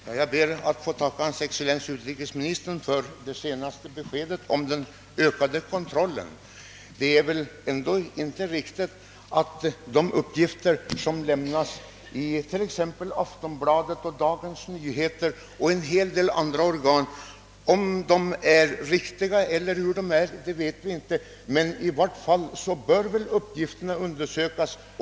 Herr talman! Jag ber att få tacka hans excellens utrikesministern för det senaste beskedet om den ökade kontrollen. Det är väl ändå inte riktigt att de uppgifter som lämnats i Aftonbladet, DN och en hel del andra organ inte kontrolleras — om uppgifterna är riktiga eller ej vet vi inte; i varje fall bör de undersökas.